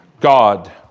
God